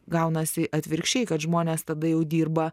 gaunasi atvirkščiai kad žmonės tada jau dirba